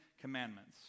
commandments